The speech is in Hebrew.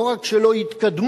לא רק שלא יתקדמו,